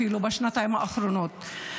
בשנתיים האחרונות.